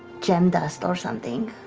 gem dust, or something?